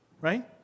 right